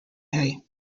hay